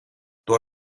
door